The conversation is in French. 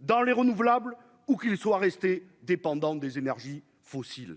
dans les renouvelables ou qu'il soit resté dépendant des énergies fossiles,